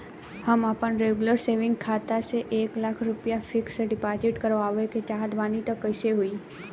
हम आपन regular saving खाता से एक लाख रुपया फिक्स डिपॉज़िट करवावे के चाहत बानी त कैसे होई?